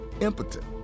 impotent